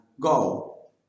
go